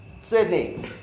sydney